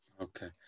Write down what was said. Okay